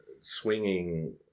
swinging